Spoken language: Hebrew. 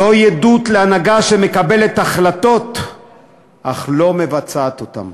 זוהי עדות להנהגה שמקבלת החלטות אך לא מבצעת אותן,